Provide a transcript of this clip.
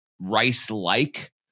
Rice-like